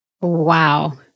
Wow